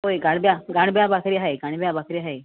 होय गाणब्या गाणब्या बाकरी हाय गाणब्या बाकरी आहाय